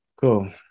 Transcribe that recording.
cool